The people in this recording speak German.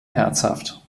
herzhaft